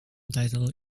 title